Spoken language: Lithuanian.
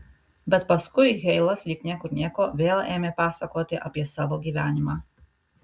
bet paskui heilas lyg niekur nieko vėl ėmė pasakoti apie savo gyvenimą